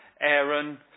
Aaron